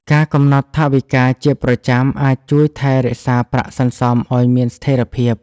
ការកំណត់ថវិកាជាប្រចាំអាចជួយថែរក្សាប្រាក់សន្សុំឲ្យមានស្ថេរភាព។